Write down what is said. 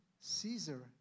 Caesar